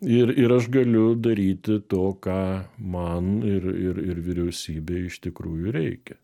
ir ir aš galiu daryti to ką man ir ir ir vyriausybei iš tikrųjų reikia